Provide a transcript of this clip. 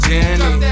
Jenny